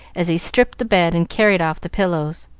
as he stripped the bed and carried off the pillows.